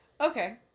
Okay